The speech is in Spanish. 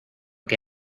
que